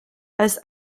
als